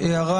הערה.